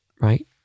right